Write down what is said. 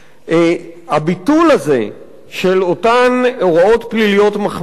הביטול הזה של אותן הוראות פליליות מחמירות